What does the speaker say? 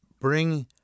bring